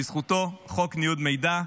בזכותו חוק ניוד מידע,